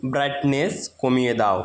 brightness কমিয়ে দাও